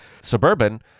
Suburban